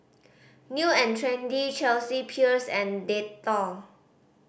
New and Trendy Chelsea Peers and Dettol